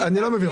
אני לא מבין.